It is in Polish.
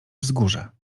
wzgórze